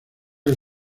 del